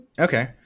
Okay